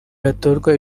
hatorwaga